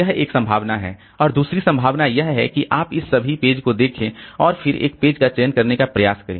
तो यह एक संभावना है और दूसरी संभावना यह है कि आप इस सभी पेज को देखें और फिर एक पेज का चयन करने का प्रयास करें